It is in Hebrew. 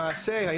למעשה,